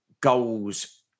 goals